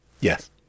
Yes